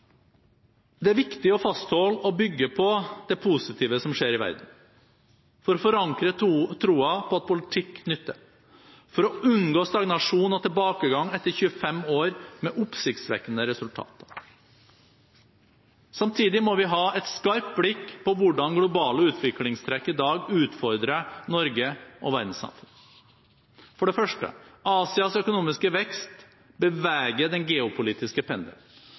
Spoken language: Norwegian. viktig å fastholde og bygge på det positive som skjer i verden – for å forankre troen på at politikk nytter, og for å unngå stagnasjon og tilbakegang etter 25 år med oppsiktsvekkende resultater. Samtidig må vi ha et skarpt blikk på hvordan globale utviklingstrekk i dag utfordrer Norge og verdenssamfunnet. For det første: Asias økonomiske vekst beveger den geopolitiske pendelen.